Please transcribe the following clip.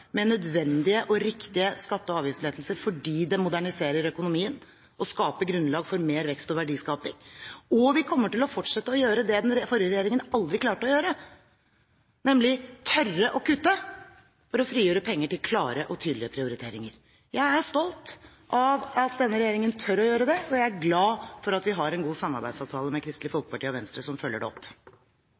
nødvendige og riktige skatte- og avgiftslettelser, fordi det moderniserer økonomien og skaper grunnlag for mer vekst og verdiskaping. Og – vi vil gjøre det den forrige regjeringen aldri klarte å gjøre, nemlig å tørre å kutte for å frigjøre penger til klare og tydelige prioriteringer. Jeg er stolt av at denne regjeringen tør å gjøre det, og jeg er glad for at vi har en god samarbeidsavtale med Kristelig Folkeparti og Venstre, som følger dette opp.